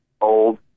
Old